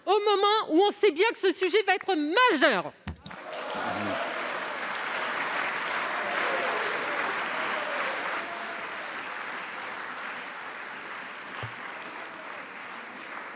au moment où- on le sait bien -ce sujet va être majeur